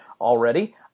already